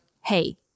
hey